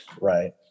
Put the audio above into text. Right